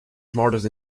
smartest